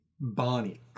Bonnie